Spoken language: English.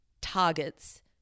targets